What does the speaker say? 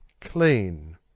Clean